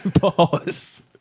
Pause